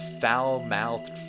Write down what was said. foul-mouthed